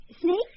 Snakes